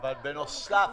בצלאל,